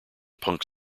punk